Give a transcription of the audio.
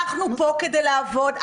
אנחנו פה כדי לעבוד,